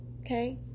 Okay